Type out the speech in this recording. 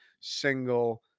single